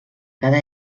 cada